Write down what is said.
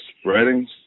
spreading